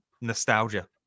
nostalgia